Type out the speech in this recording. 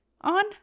on